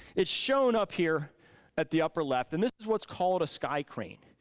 it's shown up here at the upper left and this is what's called a sky crane.